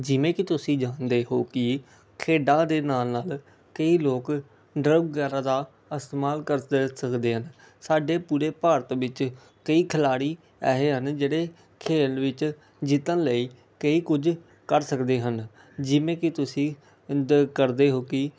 ਜਿਵੇਂ ਕਿ ਤੁਸੀਂ ਜਾਣਦੇ ਹੋ ਕਿ ਖੇਡਾਂ ਦੇ ਨਾਲ ਨਾਲ ਕਈ ਲੋਕ ਡਰੱਗ ਵਗੈਰਾ ਦਾ ਇਸਤੇਮਾਲ ਕਰਦੇ ਸਕਦੇ ਹਨ ਸਾਡੇ ਪੂਰੇ ਭਾਰਤ ਵਿੱਚ ਕਈ ਖਿਲਾੜੀ ਐਸੇ ਹਨ ਜਿਹੜੇ ਖੇਲ ਵਿੱਚ ਜਿੱਤਣ ਲਈ ਕਈ ਕੁਝ ਕਰ ਸਕਦੇ ਹਨ ਜਿਵੇਂ ਕਿ ਤੁਸੀਂ ਅੰਦਰ ਕਰਦੇ ਹੋ ਕਿ